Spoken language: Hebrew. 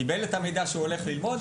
קיבל את המידע שהוא הולך ללמוד,